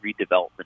redevelopment